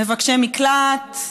מבקשי מקלט,